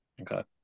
Okay